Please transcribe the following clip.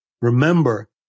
Remember